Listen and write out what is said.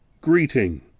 greeting